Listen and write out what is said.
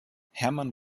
hermann